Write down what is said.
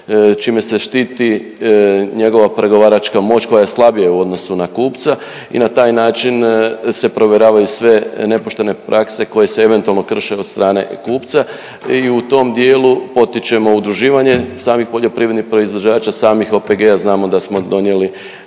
čime se štiti njegova pregovaračka moć koja je slabija u odnosu na kupca i na taj način se provjeravaju sve nepoštene prakse koje se eventualno krše od strane kupca i u tom dijelu potičemo udruživanje samih poljoprivrednih proizvođača, samih OPG-a. Znamo da smo donijeli